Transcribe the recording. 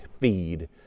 feed